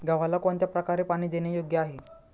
गव्हाला कोणत्या प्रकारे पाणी देणे योग्य आहे?